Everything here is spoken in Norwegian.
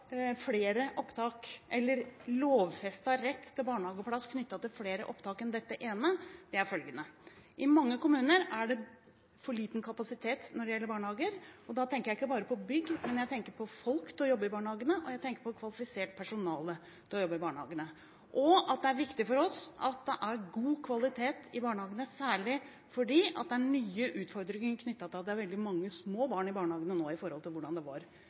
flere opptak enn dette ene – eller lovfestet rett til barnehageplass – er følgende: I mange kommuner er det for liten kapasitet når det gjelder barnehager. Da tenker jeg ikke bare på bygg, men jeg tenker på folk til å jobbe i barnehagene, jeg tenker på kvalifisert personale til å jobbe der. Det er viktig for oss at det er god kvalitet i barnehagene, særlig fordi det er nye utfordringer knyttet til at det er veldig mange små barn i barnehagene nå i forhold til hva det var